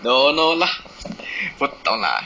don't know lah 不懂 lah